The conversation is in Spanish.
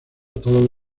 todos